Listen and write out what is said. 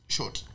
Short